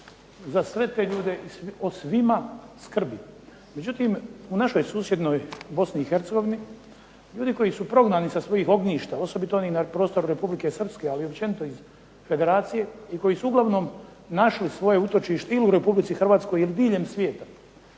za sve te ljude, o svima skrbi. Međutim u našoj susjednoj Bosni i Hercegovini ljudi koji su prognani sa svojih ognjišta, osobito na onih na prostoru Republike Srpske, ali općenito iz Federacije, i koji su uglavnom našli svoje utočište ili u Republici Hrvatskoj ili diljem svijeta,